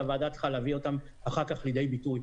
והוועדה צריכה להביא אותם אחר כך לידי ביטוי.